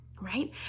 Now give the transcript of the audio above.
right